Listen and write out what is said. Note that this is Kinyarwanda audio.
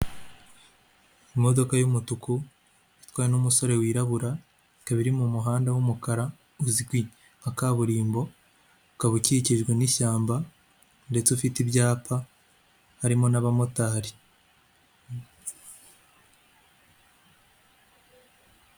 Imodoka y'umutuku itwawe n'umusore wirabura ikaba iri mu muhanda w'umukara uzwi nka kaburimbo, ukaba ukikijwe n'ishyamba ndetse ufite ibyapa harimo n'abamotari.